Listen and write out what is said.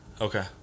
Okay